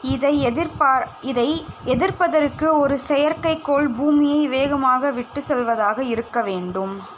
இதை எதிர்ப்பா இதை எதிர்ப்பதற்கு ஒரு செயற்கைக் கோள் பூமியை வேகமாக விட்டுச் செல்வதாக இருக்க வேண்டும்